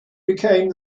became